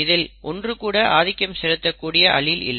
இதில் ஒன்று கூட ஆதிக்கம் செலுத்தக் கூடிய அலீல் இல்லை